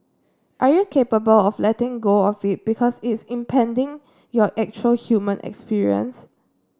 are you capable of letting go of it because it's impeding your actual human experience